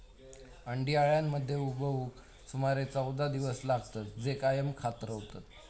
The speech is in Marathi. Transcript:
अंडी अळ्यांमध्ये उबवूक सुमारे चौदा दिवस लागतत, जे कायम खात रवतत